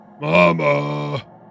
Mama